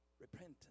repentance